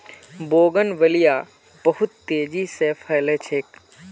bougainvillea बहुत तेजी स फैल छेक